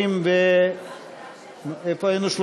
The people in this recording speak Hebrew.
איפה היינו?